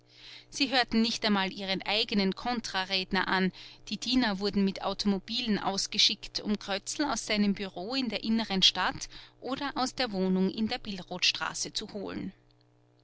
sie hörten nicht einmal ihren eigenen kontra redner an die diener wurden mit automobilen ausgeschickt um krötzl aus seinem bureau in der inneren stadt oder aus der wohnung in der billrothstraße zu holen